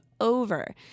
Over